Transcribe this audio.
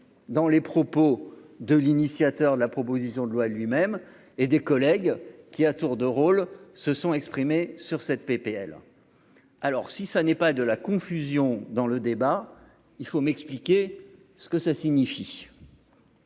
dans les propos de l'initiateur de la proposition de loi lui-même et des collègues qui, à tour de rôle, se sont exprimés sur cette PPL alors si ça n'est pas de la confusion dans le débat, il faut m'expliquer ce que ça signifie.